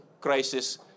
crisis